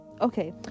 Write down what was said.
okay